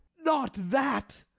not that!